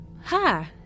hi